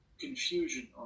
confusion